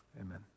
amen